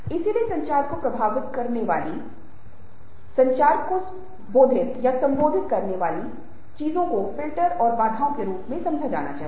इसलिए संचार को प्रभावित करने वाली संचार को बाधित या संशोधित करने वाली चीजों को फिल्टर और बाधाओं के रूप में समझा जाना चाहिए